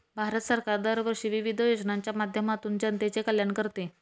भारत सरकार दरवर्षी विविध योजनांच्या माध्यमातून जनतेचे कल्याण करते